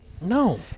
no